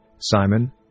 Simon